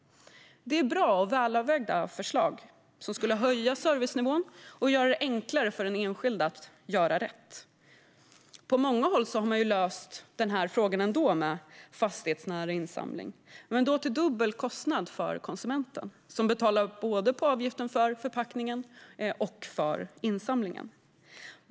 Det är bra och välavvägda förslag som skulle höja servicenivån och göra det enklare för den enskilde att göra rätt. På många håll har man löst frågan genom fastighetsnära insamling, men då till dubbel kostnad för konsumenten, som betalar avgift både för förpackningen och för insamlingen.